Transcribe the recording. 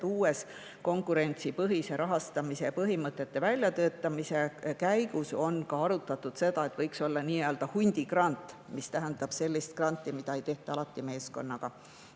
uue konkurentsipõhise rahastamise põhimõtete väljatöötamise käigus on arutatud seda, et võiks olla nii-öelda [üksiku] hundi grant, mis tähendab sellist granti, mida ei tehta alati meeskonnaga.